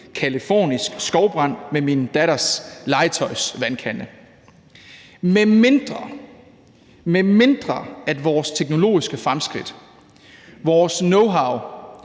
californisk skovbrand med min datters legetøjsvandkande – medmindre vores teknologiske fremskridt, vores knowhow,